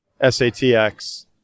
s-a-t-x